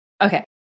Okay